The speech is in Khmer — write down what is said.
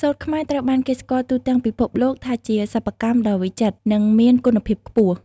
សូត្រខ្មែរ ត្រូវបានគេស្គាល់ទូទាំងពិភពលោកថាជាសិប្បកម្មដ៏វិចិត្រ និងមានគុណភាពខ្ពស់។